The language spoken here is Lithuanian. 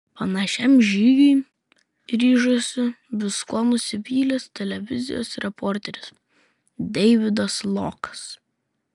panašiam žygiui ryžosi viskuo nusivylęs televizijos reporteris deividas lokas